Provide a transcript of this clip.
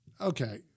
Okay